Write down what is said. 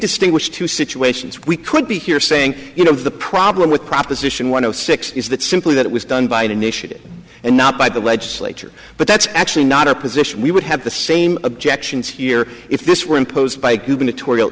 distinguish two situations we could be here saying you know the problem with proposition one o six is that simply that it was done by initiative and not by the legislature but that's actually not a position we would have the same objections here if this were imposed by gubernatorial